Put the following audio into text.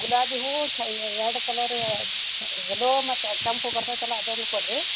ಗುಲಾಬಿ ಹೂವು ಎರಡು ಕಲರ್ ಎದೋ ಮತ್ತು ಕೆಂಪು ಹೂವು ಬರ್ತೈತಲ್ಲ ಅದೊಂದು ಕೊಡಿರಿ